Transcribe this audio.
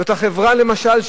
זו החברה, למשל,